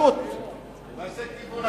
מה זה כיוון התנועה,